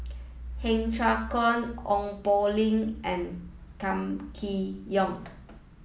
Heng Cheng Hwa Ong Poh Lim and Kam Kee Yong